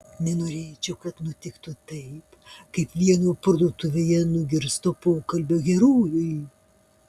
nenorėčiau kad nutiktų taip kaip vieno parduotuvėje nugirsto pokalbio herojui